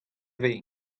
ivez